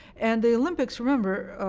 and the olympics remember,